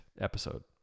episode